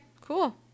Cool